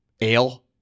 ale